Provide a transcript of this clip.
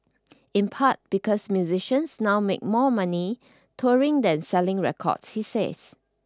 in part because musicians now make more money touring than selling records he says